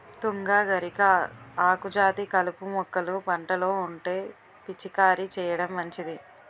తుంగ, గరిక, ఆకుజాతి కలుపు మొక్కలు పంటలో ఉంటే పిచికారీ చేయడం మంచిది